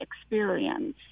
experience